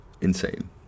insane